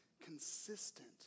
consistent